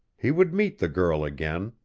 he would meet the girl again.